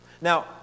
Now